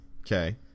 Okay